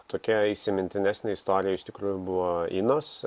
tokia įsimintinesnė istorija iš tikrųjų buvo inos